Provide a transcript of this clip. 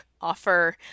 offer